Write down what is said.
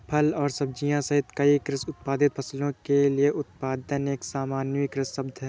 फल और सब्जियां सहित कई कृषि उत्पादित फसलों के लिए उत्पादन एक सामान्यीकृत शब्द है